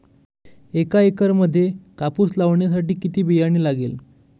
एका एकरामध्ये कापूस लावण्यासाठी किती बियाणे लागेल?